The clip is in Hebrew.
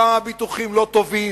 כמה הביטוחים לא טובים,